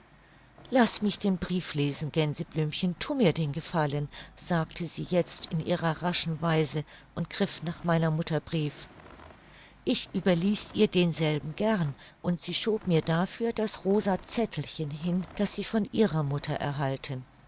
laß mich den brief lesen gänseblümchen thu mir den gefallen sagte sie jetzt in ihrer raschen weise und griff nach meiner mutter brief ich überließ ihr denselben gern und sie schob mir dafür das rosa zettelchen hin das sie von ihrer mutter erhalten